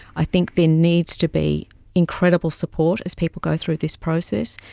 i think there needs to be incredible support as people go through this process,